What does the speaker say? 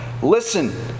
Listen